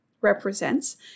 represents